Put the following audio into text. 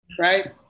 Right